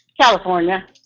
California